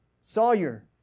Sawyer